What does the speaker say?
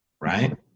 right